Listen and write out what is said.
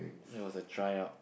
it was a try out